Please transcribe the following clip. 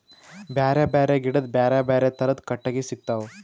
ಬ್ಯಾರೆ ಬ್ಯಾರೆ ಗಿಡದ್ ಬ್ಯಾರೆ ಬ್ಯಾರೆ ಥರದ್ ಕಟ್ಟಗಿ ಸಿಗ್ತವ್